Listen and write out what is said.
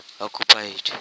Occupied